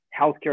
healthcare